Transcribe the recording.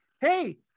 Hey